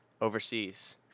overseas